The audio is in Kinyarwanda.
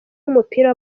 w’umupira